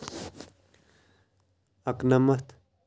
اَکہٕ نَمَتھ